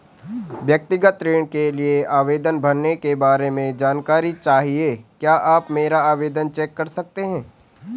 व्यक्तिगत ऋण के लिए आवेदन भरने के बारे में जानकारी चाहिए क्या आप मेरा आवेदन चेक कर सकते हैं?